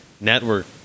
network